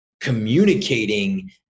Communicating